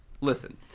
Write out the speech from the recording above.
Listen